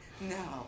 No